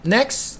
Next